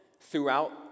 throughout